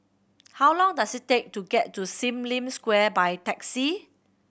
how long does it take to get to Sim Lim Square by taxi